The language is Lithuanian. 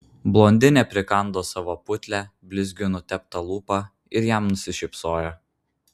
blondinė prikando savo putlią blizgiu nuteptą lūpą ir jam nusišypsojo